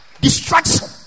distraction